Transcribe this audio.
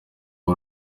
uwo